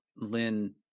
lynn